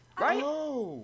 Right